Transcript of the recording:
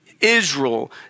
Israel